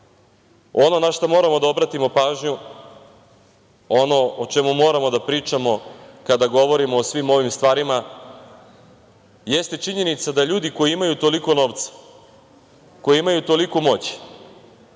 na šta moramo da obratimo pažnju, ono o čemu moramo da pričamo kada govorimo o svim ovim stvarima, jeste činjenica da ljudi koji imaju toliko novca, koji imaju toliku moć,